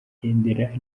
yigendera